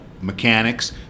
mechanics